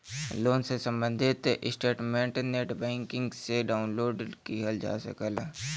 loan से सम्बंधित statement net banking से डाउनलोड किहल जा सकला